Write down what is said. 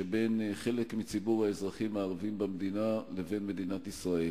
שבין חלק מציבור האזרחים הערבים במדינה לבין מדינת ישראל.